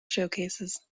showcases